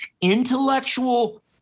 intellectual